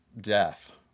death